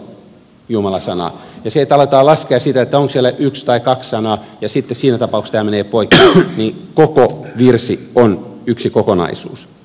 kun aletaan laskea sitä onko siellä yksi tai kaksi sanaa ja sitten siinä tapauksessa tämä menee poikki niin koko virsi on yksi kokonaisuus